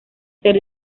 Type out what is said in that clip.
ser